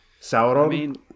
sauron